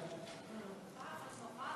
כשישבו,